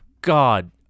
God